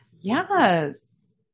Yes